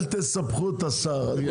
אל תסבכו את השר.